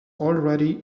already